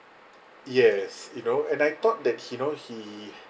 yes you know and I thought that he know he